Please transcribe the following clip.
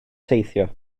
teithio